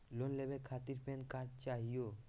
Loan लेवे खातीर PAN card चाहियो?